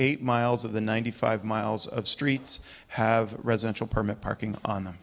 eight miles of the ninety five miles of streets have residential permit parking on the